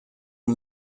aux